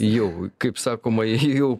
jau kaip sakoma į jau